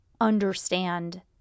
understand